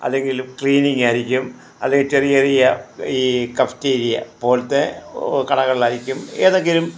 അല്ലെങ്കിൽ ക്ലീനിങ്ങായിരിക്കും അല്ലെങ്കിൽ ചെറിയ ചെറിയ ഈ കഫ്റ്റീരിയ പോലത്തെ കടകളിലായിരിക്കും ഏതെങ്കിലും